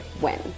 win